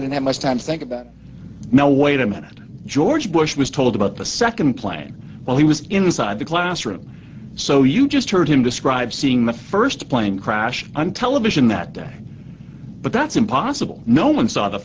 i didn't have much time to think about now wait a minute george bush was told about the second plane while he was inside the classroom so you just heard him describe seeing the first plane crash on television that day but that's impossible no one saw the